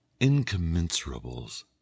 incommensurables